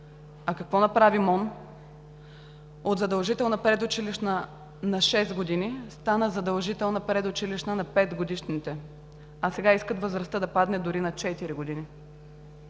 А какво направи МОН? От задължителна предучилищна на 6 години стана задължителна предучилищна на 5-годишните, сега искат възрастта да падне дори на 4 години.